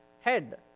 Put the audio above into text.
head